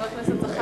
חבר הכנסת זחאלקה.